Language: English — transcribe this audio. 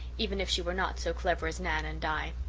even if she were not so clever as nan and di.